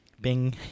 bing